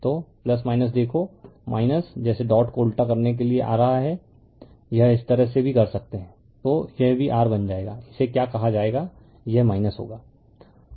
तो देखो जैसे डॉट को उल्टा करने के लिए आ रहा हैयह इस तरह से भी कर सकते है तो यह भी r बन जाएगा इसे क्या कहा जाएगा यह होगा